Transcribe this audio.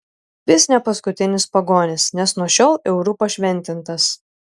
vis ne paskutinis pagonis nes nuo šiol euru pašventintas